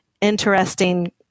Interesting